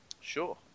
Sure